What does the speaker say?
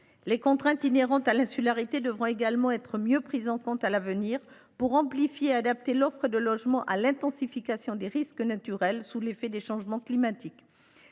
Les contraintes inhérentes à l’insularité devront également être mieux prises en compte pour amplifier et adapter l’offre de logements à l’intensification des risques naturels sous l’effet des changements climatiques.